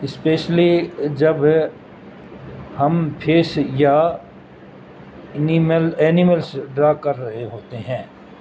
especially جب ہم fish یا اینیمل اینیملس ڈرا کر رہے ہوتے ہیں